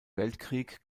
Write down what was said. weltkrieg